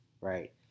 Right